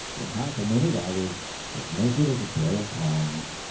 in half a minute i was as naked as a pair of tongs!